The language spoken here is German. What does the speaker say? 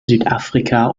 südafrika